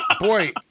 Boy